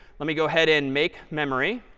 let me go ahead and make memory.